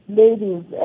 ladies